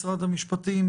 משרד המשפטים?